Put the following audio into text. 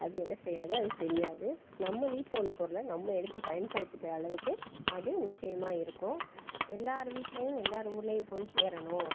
அது என்ன செய்யாது அது தெரியாது நம்ம வீட்டில் உள்ள பொருளை நம்ம எடுத்துப் பயன்படுத்துக்கிற அளவுக்கு அது நிச்சயமாக இருக்கும் எல்லார் வீட்டிலையும் எல்லார் ஊர்லையும் போய் சேரணும்